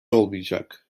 olmayacak